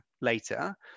later